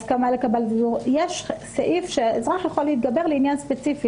יש סעיף שהאזרח יוכל להתגבר לעניין ספציפי,